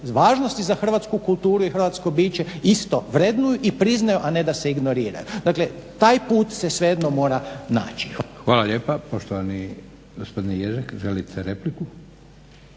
važnosti za hrvatsku kulturu i hrvatsko biće isto vrednuju i priznaju a ne da se ignoriraju. Dakle, taj put se svejedno mora naći. **Leko, Josip (SDP)** Hvala lijepa. Poštovani gospodine Ježek, želite repliku?